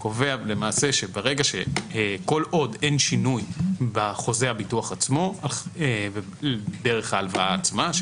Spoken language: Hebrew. הוא קובע שכל עוד אין שינוי בחוזה הביטוח עצמו דרך ההלוואה עצמה,